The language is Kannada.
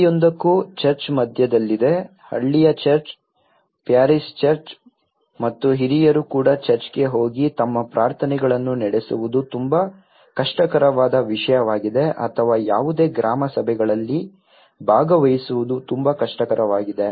ಪ್ರತಿಯೊಂದಕ್ಕೂ ಚರ್ಚ್ ಮಧ್ಯದಲ್ಲಿದೆ ಹಳ್ಳಿಯ ಚರ್ಚ್ ಪ್ಯಾರಿಷ್ ಚರ್ಚ್ ಮತ್ತು ಹಿರಿಯರು ಕೂಡ ಚರ್ಚ್ಗೆ ಹೋಗಿ ತಮ್ಮ ಪ್ರಾರ್ಥನೆಗಳನ್ನು ನಡೆಸುವುದು ತುಂಬಾ ಕಷ್ಟಕರವಾದ ವಿಷಯವಾಗಿದೆ ಅಥವಾ ಯಾವುದೇ ಗ್ರಾಮ ಸಭೆಗಳಲ್ಲಿ ಭಾಗವಹಿಸುವುದು ತುಂಬಾ ಕಷ್ಟಕರವಾಗಿದೆ